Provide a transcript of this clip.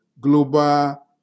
global